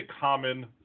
common